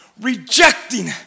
rejecting